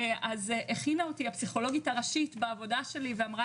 אז הכינה אותי הפסיכולוגית הראשית בעבודה שלי ואמרה